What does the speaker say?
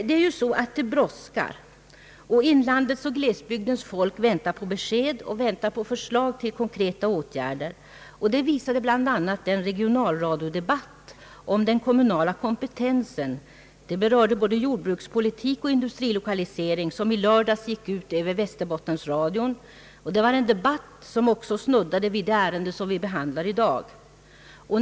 Det brådskar emellertid. Inlandets och glesbygdens folk väntar på besked och förslag till konkreta åtgärder. Det visade bl.a. den regionala radiodebatt om den kommunala kompetensen som i lördags gick ut över Västerbottensradion. Debatten berörde både jordbrukspolitik och industrilokalisering och den snuddade vid det ärende som vi behandlar här i dag.